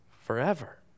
forever